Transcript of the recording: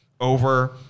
over